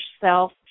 self